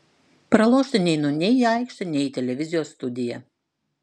pralošti neinu nei į aikštę nei į televizijos studiją